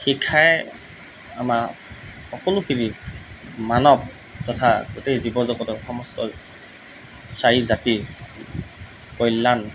শিক্ষাই আমাৰ সকলোখিনি মানৱ তথা গোটেই জীৱ জগতৰ সমষ্ট চাৰি জাতিৰ কল্যাণ